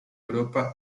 europa